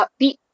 upbeat